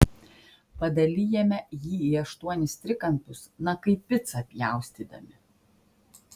padalijame jį į aštuonis trikampius na kaip picą pjaustydami